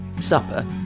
supper